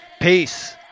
Peace